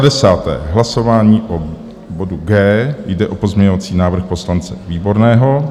10. Hlasování o bodu G, jde o pozměňovací návrh poslance Výborného.